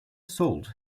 sold